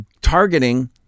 targeting